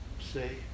say